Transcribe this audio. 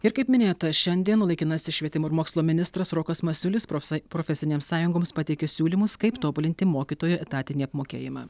ir kaip minėta šiandien laikinasis švietimo ir mokslo ministras rokas masiulis profsai profesinėms sąjungoms pateikė siūlymus kaip tobulinti mokytojų etatinį apmokėjimą